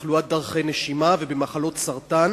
בתחלואת דרכי נשימה ובמחלות סרטן